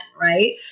right